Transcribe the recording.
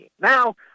Now